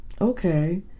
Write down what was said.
Okay